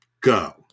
Go